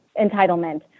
entitlement